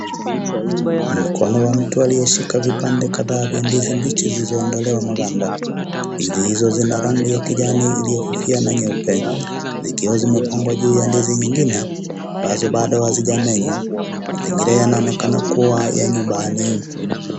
Ni mkono wa mtu aliyeshika vipande kadhaa vya ndizi mbichi zilizoondolewa maganda. Ndizi hizo zina rangi ya kijani iliyofifia na nyeupe. Zikiwa zimepangwa juu ya ndizi nyingine, ambazo bado hazijamenywa, zingine yanaonekana kuwa ya nyumbani.